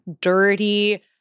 dirty